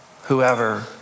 whoever